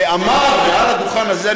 ואמר מעל הדוכן הזה,